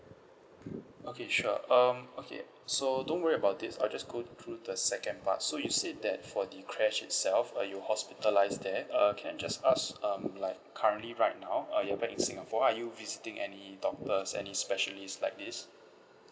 okay sure um okay so don't worry about this I'll just go through the second part so you said that for the crash itself uh you hospitalised there uh can I just ask um like currently right now uh you're back in singapore are you visiting any doctors any specialists like this